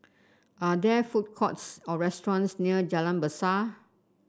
are there food courts or restaurants near Jalan Besar